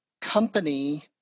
company